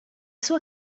sua